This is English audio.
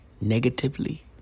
negatively